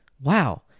wow